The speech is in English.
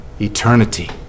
eternity